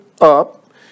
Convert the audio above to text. up